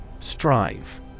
Strive